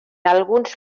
alguns